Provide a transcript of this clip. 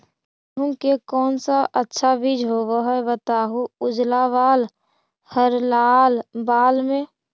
गेहूं के कौन सा अच्छा बीज होव है बताहू, उजला बाल हरलाल बाल में?